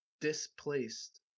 displaced